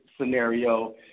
scenario